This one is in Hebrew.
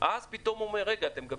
אז אמרנו: נושא